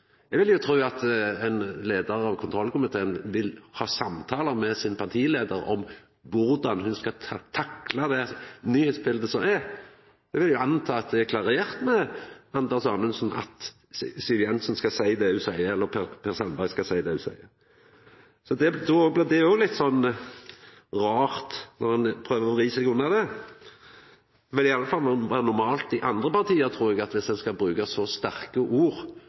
ein leiar av kontrollkomiteen ville ha samtalar med sin partileiar om korleis ein skal takla nyheitsbildet. Eg vil jo gå ut frå at det er klarert med Anders Anundsen at Siv Jensen skal seia det ho seier, og at Per Sandberg skal seia det han seier. Då blir det litt rart at ein prøver å vri seg unna det, men eg trur i alle fall det er normalt i andre parti at dersom ein skal bruka så sterke ord